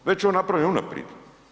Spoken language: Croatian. Već je on napravljen unaprijed.